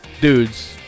dudes